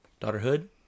Daughterhood